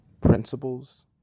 principles